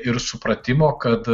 ir supratimo kad